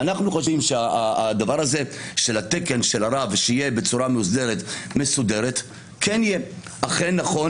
אנחנו חושבים שהדבר הזה של התקן של הרב שיהיה מוסדר ומסודר זה אכן נכון.